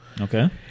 Okay